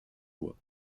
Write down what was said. voies